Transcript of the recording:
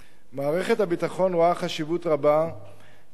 מערכת הביטחון רואה חשיבות רבה בשילוב